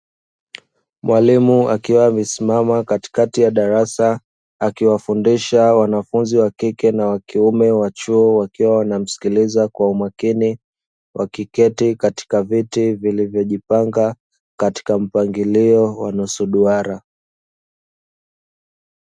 Mwalimu akiwa amesimama katikati ya darasa, akiwafundisha wanafunzi wa kike na wa kiume wa chuo, wakiwa wanamsikiliza kwa umakini, wakiketi katika viti vilivyopangwa katika mpangilio wa nusu duara.